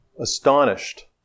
astonished